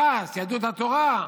ש"ס, יהדות התורה,